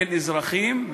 בין אזרחים,